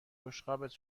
بشقابت